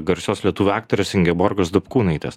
garsios lietuvių aktorės ingeborgos dapkūnaitės